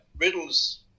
Riddle's